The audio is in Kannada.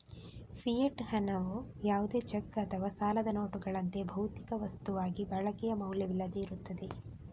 ಫಿಯೆಟ್ ಹಣವು ಯಾವುದೇ ಚೆಕ್ ಅಥವಾ ಸಾಲದ ನೋಟುಗಳಂತೆ, ಭೌತಿಕ ವಸ್ತುವಾಗಿ ಬಳಕೆಯ ಮೌಲ್ಯವಿಲ್ಲದೆ ಇರುತ್ತದೆ